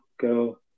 Go